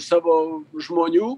savo žmonių